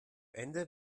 ende